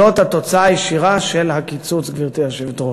זאת התוצאה הישירה של הקיצוץ, גברתי היושבת-ראש.